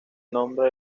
nombre